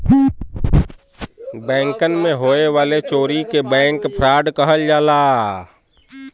बैंकन मे होए वाले चोरी के बैंक फ्राड कहल जाला